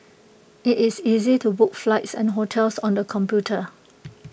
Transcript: IT is easy to book flights and hotels on the computer